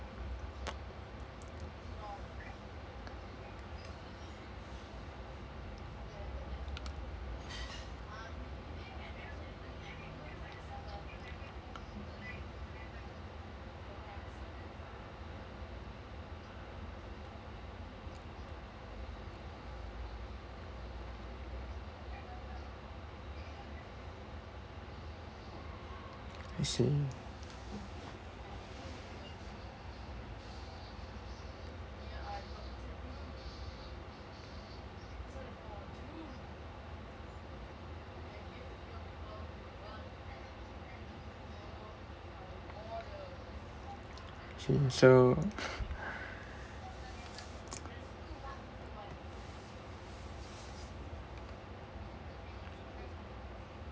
I see okay so